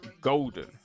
golden